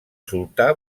sultà